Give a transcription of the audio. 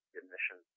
admission